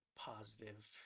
Positive